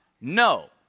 No